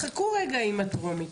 חכו רגע עם הטרומית.